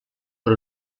per